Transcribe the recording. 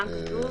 שם כתוב: